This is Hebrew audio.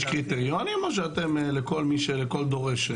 יש קריטריונים או שזה לכל דורש?